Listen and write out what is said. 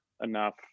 enough